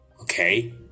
okay